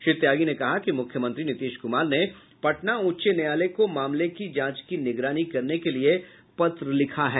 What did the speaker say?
श्री त्यागी ने कहा कि मुख्यमंत्री नीतीश कुमार ने पटना उच्च न्यायालय को मामले की जांच की निगरानी करने के लिए पत्र लिखा है